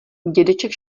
dědeček